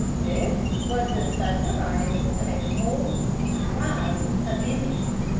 this was the sudden arrival of a whole tribe of indians.